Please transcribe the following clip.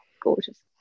gorgeous